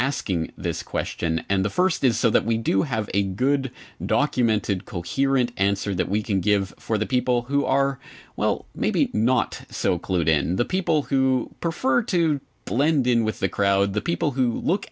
asking this question and the first is so that we do have a good documented coherent answer that we can give for the people who are well maybe not so clued in the people who prefer to blend in with the crowd the people who look